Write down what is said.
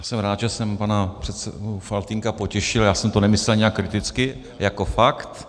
Já jsem rád, že jsem pana předsedu Faltýnka potěšil, já jsem to nemyslel nijak kriticky, jako fakt.